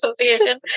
association